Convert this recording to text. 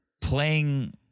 playing